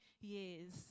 years